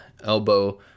elbow